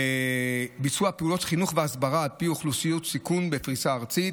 ביצוע פעולות חינוך והסברה על פי אוכלוסיות סיכון בפריסה ארצית,